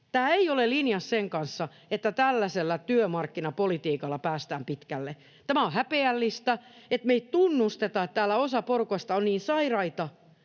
Tämä ei ole linjassa sen kanssa, että tällaisella työmarkkinapolitiikalla päästään pitkälle. Tämä on häpeällistä, että me ei tunnusteta, että täällä osa porukasta on niin sairaita